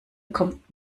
kommt